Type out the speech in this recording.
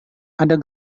ada